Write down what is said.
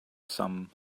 some